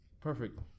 perfect